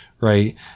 right